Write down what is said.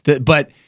But-